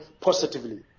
positively